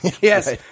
Yes